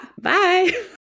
bye